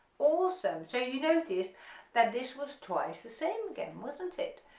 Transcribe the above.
awesome, so you noticed that this was twice the same again wasn't it,